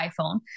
iPhone